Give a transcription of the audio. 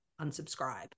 unsubscribe